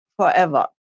forever